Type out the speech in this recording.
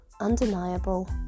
undeniable